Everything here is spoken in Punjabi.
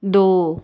ਦੋ